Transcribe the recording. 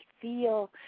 feel